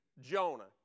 Jonah